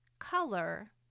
color